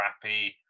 crappy